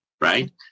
right